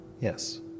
Yes